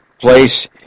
place